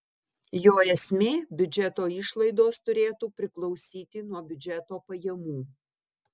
jo esmė biudžeto išlaidos turėtų priklausyti nuo biudžeto pajamų